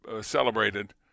celebrated